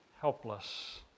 helpless